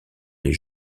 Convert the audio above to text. les